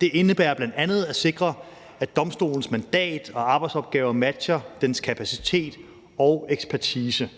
Det indebærer bl.a. at sikre, at domstolens mandat og arbejdsopgaver matcher dens kapacitet og ekspertise.